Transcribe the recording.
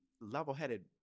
level-headed